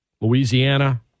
Louisiana